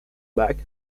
back